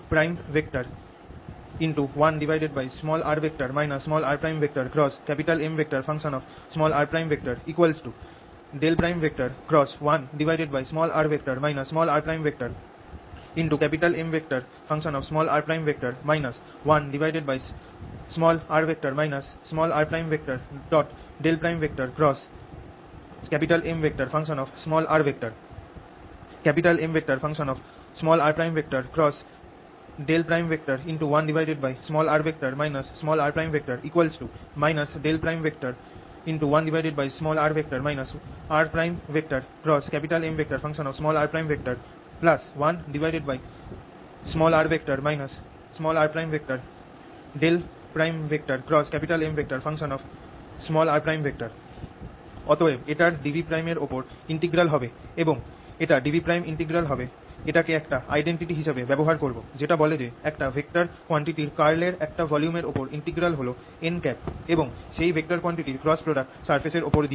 1r rMr 1r rMr 1r rMr Mr1r r 1r rMr 1r rMr অতএব এটার dV এর ওপর integral হবে এবং এটা dV ইন্টিগ্রাল হবে এটাকে একটা আইডেনডিটি হিসেবে ব্যবহার করব যেটা বলে যে একটা ভেক্টর কোয়ান্টিটির কার্ল এর একটা ভলিউম এর ওপর ইন্টিগ্রাল হল n এবং সেই ভেক্টর কোয়ান্টিটির ক্রস প্রোডাক্ট সারফেস ওপর দিয়ে